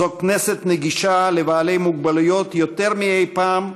זו כנסת נגישה לבעלי מוגבלויות יותר מאי-פעם,